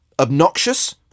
obnoxious